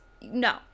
no